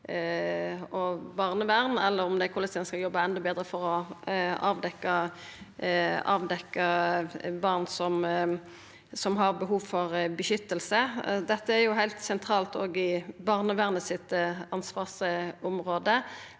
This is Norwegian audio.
korleis ein skal jobba enda betre for å avdekkja barn som har behov for beskyttelse. Dette er jo heilt sentralt òg i barnevernet sitt ansvarsområde,